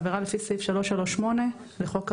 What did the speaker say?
עבירה לפי סעיף 338 לחוק העונשין,